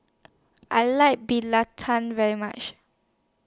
I like Belacan very much